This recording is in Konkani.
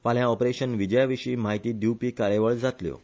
फाल्यां ऑपरेशन विजयाविशी म्हायती दिवपी कार्यावळी जातल्यो